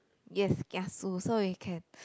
yes kiasu so you can